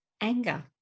anger